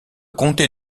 comté